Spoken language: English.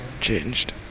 changed